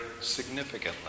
significantly